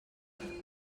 tenez